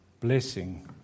blessing